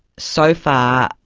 so far,